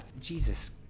Jesus